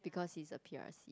because he's a P_R_C